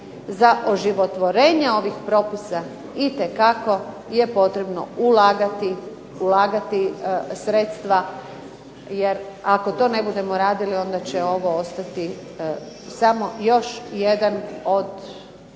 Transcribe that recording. za oživotvorenje ovih propisa itekako je potrebno ulagati sredstva jer ako to ne budemo radili onda će ovo ostati samo još jedan od